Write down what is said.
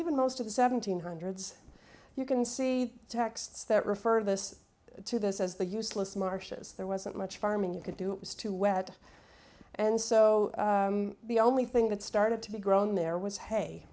even most of the seventeen hundreds you can see texts that refer this to this as the useless marshes there wasn't much farming you could do it was too wet and so the only thing that started to be grown there was hey